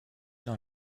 dans